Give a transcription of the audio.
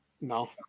No